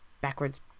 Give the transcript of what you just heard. backwards